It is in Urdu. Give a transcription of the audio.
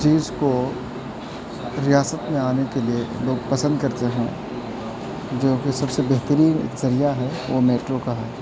چیز کو ریاست میں آنے کے لیے لوگ پسند کرتے ہیں جو کہ سب سے بہترین ذریعہ ہے وہ میٹرو کا ہے